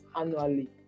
annually